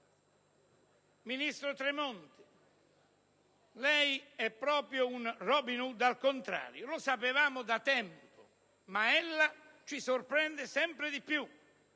Ministro Tremonti, lei è proprio un Robin Hood al contrario; lo sapevamo da tempo, ma ella ci sorprende sempre di più